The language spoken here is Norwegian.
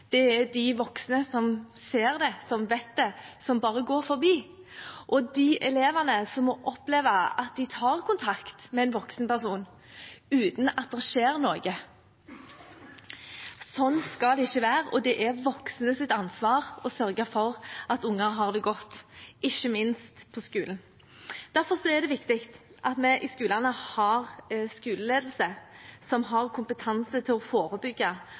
er de voksne som ser det, som vet det, som bare går forbi, og de elevene som opplever at de tar kontakt med en voksen person uten at det skjer noe. Sånn skal det ikke være. Det er de voksnes ansvar å sørge for at barn har det godt, ikke minst på skolen. Derfor er det viktig at vi i skolene har skoleledelse som har kompetanse til å forebygge,